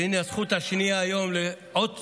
והינה הזכות השנייה היום, עוד